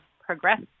progress